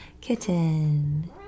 kitten